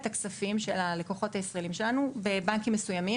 הכספים של הלקוחות הישראלים שלנו בבנקים מסוימים,